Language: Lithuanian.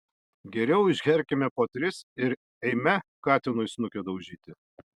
geriau išgerkime po tris ir eime katinui snukio daužyti